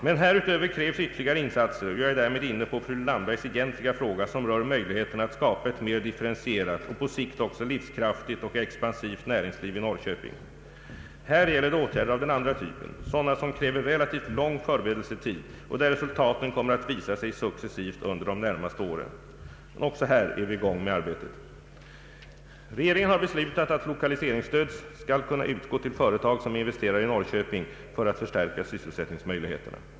Men härutöver krävs ytterligare insatser och jag är därmed inne på fru Landbergs egentliga fråga som rör möjligheterna att skapa ett mer differentierat och på sikt också livskraftigt och expansivt näringsliv i Norrköping. Här gäller det åtgärder av den andra typen, sådana som kräver relativt lång förberedelsetid och där resultaten kommer att visa sig successivt under de närmaste åren. Även här är vi i gång med arbetet. Regeringen har beslutat att lokaliseringsstöd skall kunna utgå till företag som investerar i Norrköping för att förstärka sysselsättningsmöjligheterna.